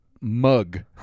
mug